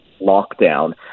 lockdown